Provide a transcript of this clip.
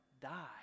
die